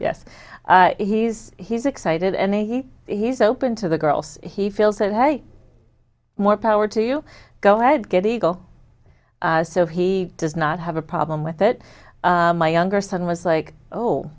yes he's he's excited and he he's open to the girls he feels that hey more power to you go ahead get eagle so he does not have a problem with it my younger son was like oh